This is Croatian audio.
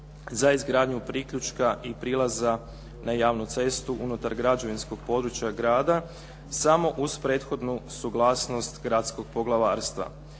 za izgradnju priključka i prilaza na javnu cestu unutar građevinskog područja grada samo uz prethodnu suglasnost gradskog poglavarstva.